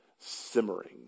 simmering